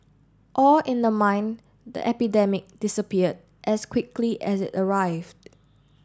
all in the mind the epidemic disappeared as quickly as it arrived